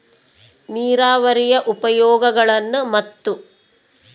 ನೇರಾವರಿಯ ಉಪಯೋಗಗಳನ್ನು ಮತ್ತು?